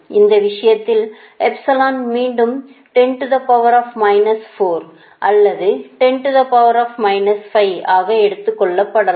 இந்த விஷயத்தில் எப்சிலன் மீண்டும் 10 to the power minus 4 அல்லது 10 to the power minus 5 ஆக எடுத்து கொள்ளப்படலாம்